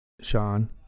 Sean